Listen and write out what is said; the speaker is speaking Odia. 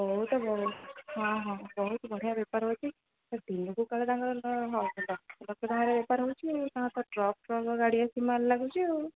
ବହୁତ ବଢ଼ିଆ ହଁ ହଁ ବହୁତ ବଢ଼ିଆ ବେପାର ହେଉଛି ସେ ଦିନକୁ କାଳେ ତାଙ୍କର ହଉ ଲକ୍ଷ ଲକ୍ଷ ତାଙ୍କର ବେପାର ହେଉଛି ତାଙ୍କର ଟ୍ରକ୍ ଟ୍ରକ୍ ଗାଡ଼ି ଆସି ମାଲ୍ ଲାଗୁଛି ଆଉ